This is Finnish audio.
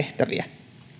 tehtäviä